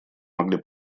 могли